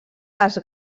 les